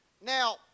Now